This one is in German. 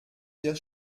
wir